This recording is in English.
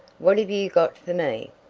what have you got for me?